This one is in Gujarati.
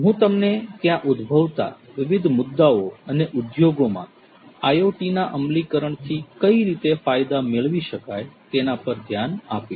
હું તમને ત્યાં ઉદ્ભવતા વિવિધ મુદ્દાઓ અને ઉદ્યોગોમાં IoT ના અમલીકરણથી કઈ રીતે ફાયદા મેળવી શકાય તેના પર ધ્યાન આપીશ